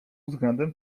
względem